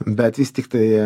bet vis tiktai